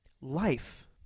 Life